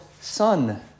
Sun